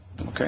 Okay